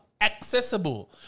accessible